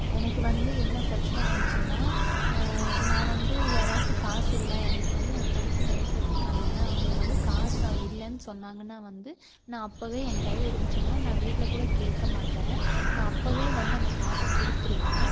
எனக்கு வந்து என்ன பிரச்சனை வந்துச்சுன்னா நான் வந்து யாராவது காசு இல்லை எனக்கு வந்து என் ஃப்ரண்ட்ஸு நிறைய பேர் இருக்காங்க அவங்களுக்கு வந்து காசு இல்லைன்னு சொன்னாங்கன்னா வந்து நான் அப்பயே என் கையில் இருந்துச்சுன்னா நான் வீட்டில் கூட கேட்க மாட்டேன் நான் அப்பயே வந்து அந்த காசை கொடுத்துருவேன்